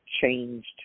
changed